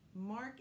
Mark